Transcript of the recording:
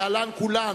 להלן כולם,